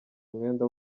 umwenda